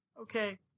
Okay